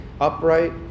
upright